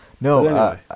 No